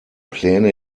pläne